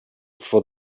for